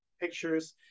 pictures